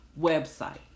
website